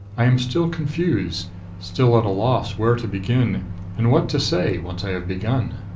i am still confused still at a loss where to begin and what to say, once i have begun.